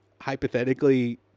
hypothetically